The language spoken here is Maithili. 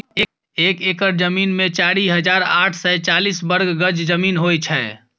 एक एकड़ जमीन मे चारि हजार आठ सय चालीस वर्ग गज जमीन होइ छै